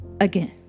again